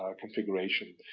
ah configuration.